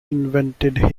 invented